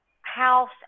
house